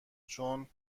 چون